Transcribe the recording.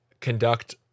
conduct